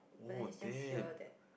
but then it's just here that